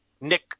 Nick